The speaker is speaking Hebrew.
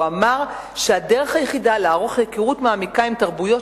הוא אמר שהדרך היחידה לערוך היכרות מעמיקה עם תרבויות